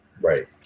Right